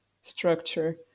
structure